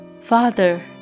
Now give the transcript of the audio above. Father